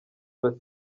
ndwara